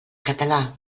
català